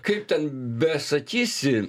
kaip ten besakysi